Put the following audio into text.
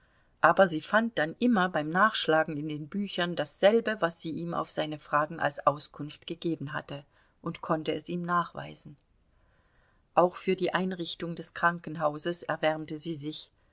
aber sie fand dann immer beim nachschlagen in den büchern dasselbe was sie ihm auf seine fragen als auskunft gegeben hatte und konnte es ihm nachweisen auch für die einrichtung des krankenhauses erwärmte sie sich